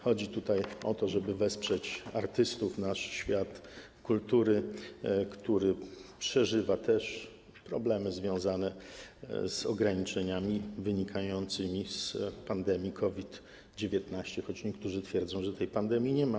Chodzi o to, żeby wesprzeć artystów, nasz świat kultury, który przeżywa też problemy związane z ograniczeniami wynikającymi z pandemii COVID-19, choć niektórzy twierdzą, że tej pandemii nie ma.